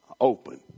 open